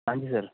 ਹਾਂਜੀ ਸਰ